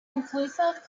inclusive